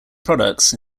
products